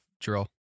drill